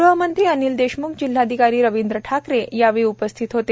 गृहमंत्री अनिल देशम्ख जिल्हाधिकारी रविंद्र ठाकरे यावेळी उपस्थित होते